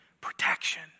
protection